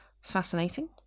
Fascinating